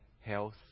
health